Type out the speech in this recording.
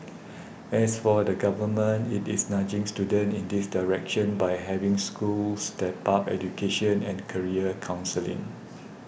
as for the Government it is nudging students in this direction by having schools step up education and career counselling